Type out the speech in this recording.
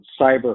cyber